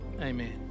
amen